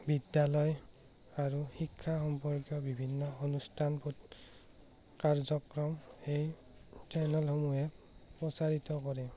বিদ্যালয় আৰু শিক্ষা সম্পৰ্কীয় বিভিন্ন অনুষ্ঠান কাৰ্যক্ৰম এই চেনেলসমূহে প্ৰচাৰিত কৰে